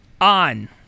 on